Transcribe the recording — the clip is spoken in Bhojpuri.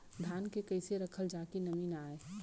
धान के कइसे रखल जाकि नमी न आए?